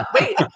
Wait